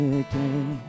again